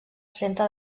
centre